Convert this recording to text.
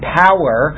power